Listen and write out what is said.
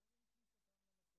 ואידך זיל גמור,